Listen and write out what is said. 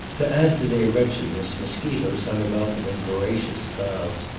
to add to their wretchedness mosquitoes hung about them in voracious clouds,